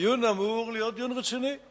הדיון אמור להיות דיון רציני.